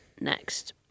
next